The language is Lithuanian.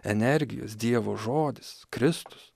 energijos dievo žodis kristus